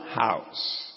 house